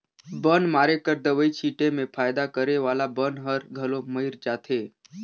बन मारे कर दवई छीटे में फायदा करे वाला बन हर घलो मइर जाथे